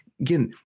Again